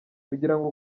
kugirango